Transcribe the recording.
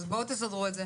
אז בואו תסדרו את זה.